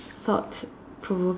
thought provoke